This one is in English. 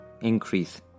increase